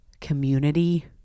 community